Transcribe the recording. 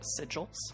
sigils